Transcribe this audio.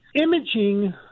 Imaging